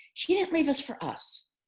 she didn't leave us for us.